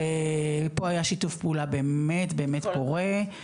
ופה היה שיתוף פעולה באמת באמת פורה,